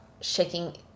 shaking